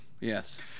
Yes